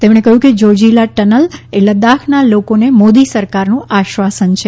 તેમણે કહ્યું કે જોજીલા ટનલ એ લદ્દાખના લોકોને મોદી સરકારનું આશ્વાસન છે